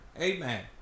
amen